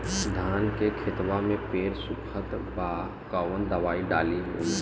धान के खेतवा मे पेड़ सुखत बा कवन दवाई डाली ओमे?